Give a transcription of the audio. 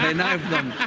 and knife them?